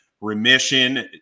remission